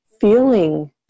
feeling